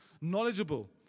knowledgeable